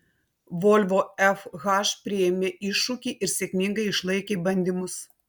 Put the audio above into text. volvo fh priėmė iššūkį ir sėkmingai išlaikė bandymus